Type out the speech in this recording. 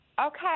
Okay